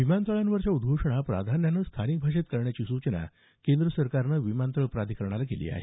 विमानतळांवरच्या उद्घोषणा प्राधान्यानं स्थानिक भाषेत करण्याचे निर्देश केंद्र सरकारनं विमानतळ प्राधिकरणाला दिले आहेत